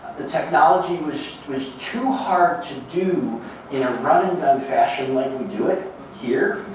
the technology was was too hard to do in a run-and-done fashion like we do it here.